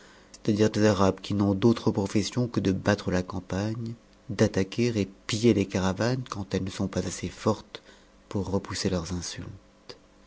c'est-à-dire des arabes qui n'ont d'autre profession que de battre a campagne d'attaquer et piller les caravanes quand elles ne sont pas assez fortes pour repousser leurs insultes